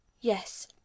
Yes